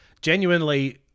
genuinely